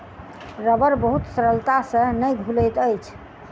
रबड़ बहुत सरलता से नै घुलैत अछि